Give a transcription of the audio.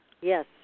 Yes